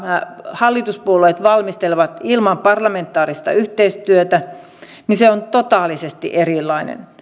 hallituspuolueet valmistelevat ilman parlamentaarista yhteistyötä on totaalisesti erilainen